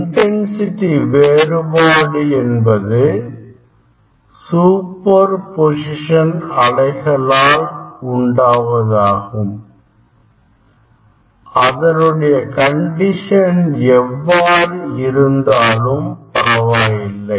intensity வேறுபாடு என்பது superposition அலைகளால் உண்டாவதாகும் அதனுடைய கண்டிஷன் எவ்வாறாக இருந்தாலும் பரவாயில்லை